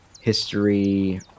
history